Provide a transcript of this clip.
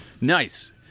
Nice